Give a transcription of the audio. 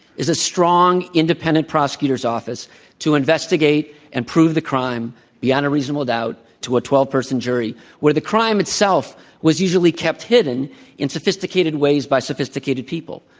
is a strong, independent prosecutor's office to investigate and prove the crime beyond a reasonable doubt, unanimously to a twelve person jury, where the crime itself was usually kept hidden in sophisticated ways by sophisticated people.